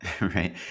Right